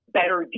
better